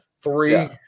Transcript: three